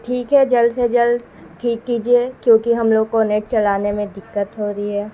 ٹھیک ہے جلد سے جلد ٹھیک کیجیے کیونکہ ہم لوگ کو نیٹ چلانے میں دقت ہو رہی ہے